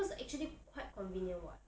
cause actually quite convenient [what]